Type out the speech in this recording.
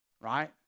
right